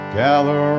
gather